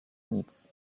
nic